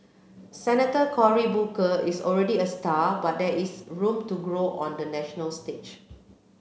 Senator Cory Booker is already a star but there is room to grow on the national stage